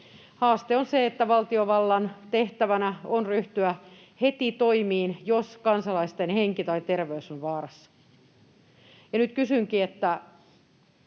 Haaste on se, että valtiovallan tehtävänä on ryhtyä heti toimiin, jos kansalaisten henki tai terveys on vaarassa. Nyt kysynkin, onko